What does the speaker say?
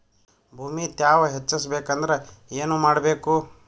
ಭೂಮಿ ತ್ಯಾವ ಹೆಚ್ಚೆಸಬೇಕಂದ್ರ ಏನು ಮಾಡ್ಬೇಕು?